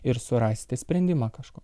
ir surasti sprendimą kažko